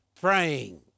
praying